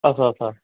असं असं असं